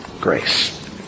Grace